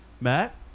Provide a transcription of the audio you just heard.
Matt